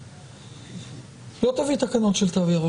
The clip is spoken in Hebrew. (תיקון מס' 11)